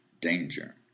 Danger